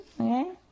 okay